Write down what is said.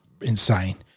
insane